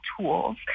tools